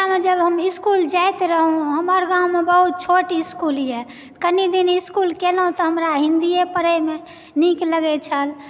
बच्चामे जब हम इस्कूल जाइत रहहुँ हमर गाँवमे बहुत छोट इस्कूलए कनि दिन इस्कूल केलहुँ तऽ हमरा हिन्दीए पढ़यमे निक लगय छल